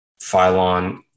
Phylon